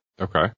Okay